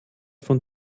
von